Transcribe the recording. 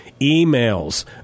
emails